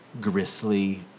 grisly